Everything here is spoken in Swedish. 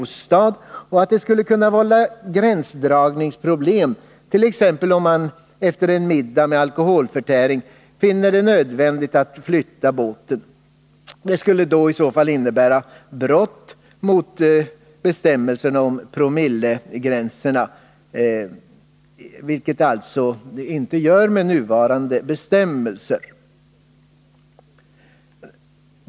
Det 13 maj 1981 skulle, säger man, kunna vålla gränsdragningsproblem t.ex. om man efteren middag med alkoholförtäring finner det nödvändigt att flytta båten. Det Onykterhet i trafik skulle i så fall innebära brott mot bestämmelserna om promillegränserna, — till sjöss vilket det alltså inte gör med nuvarande bestämmelser.